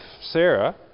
Sarah